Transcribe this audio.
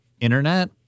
internet